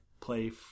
play